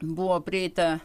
buvo prieita